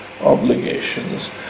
obligations